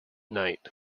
night